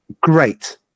great